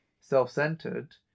self-centered